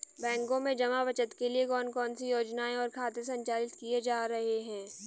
बैंकों में जमा बचत के लिए कौन कौन सी योजनाएं और खाते संचालित किए जा रहे हैं?